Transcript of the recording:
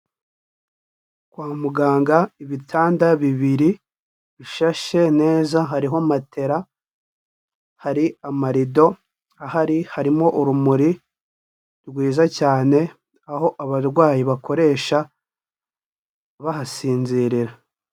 Kwa muganga ibitanda bibiri bishashe neza hariho matela, hari amarido ahari, harimo urumuri rwiza cyane aho abarwayi bakoresha bahasinzirira.